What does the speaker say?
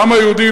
העם היהודי,